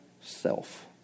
self